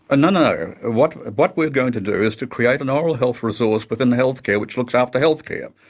no, no, what but we're going to do is to create an oral health resource within healthcare which looks after healthcare.